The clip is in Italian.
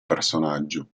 personaggio